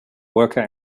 worker